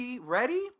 ready